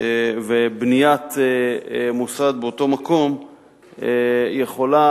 ובניית מוסד באותו מקום יכולה,